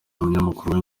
umunyamakuru